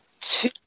two